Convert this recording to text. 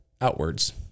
outwards